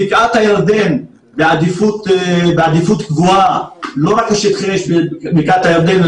בקעת הירדן היא בעדיפות גבוהה לא רק כשטחי אש בבקעת הירדן,